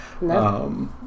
No